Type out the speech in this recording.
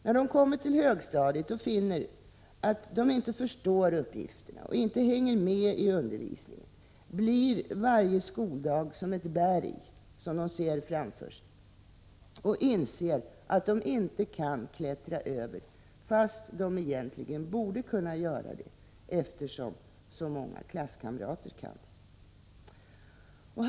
När de kommit till högstadiet och finner att de inte förstår uppgifterna och inte hänger med i undervisningen blir varje skoldag som ett berg som de ser framför sig och inser att de inte kan klättra över, fast de egentligen borde kunna göra det, eftersom så många klasskamrater kan det.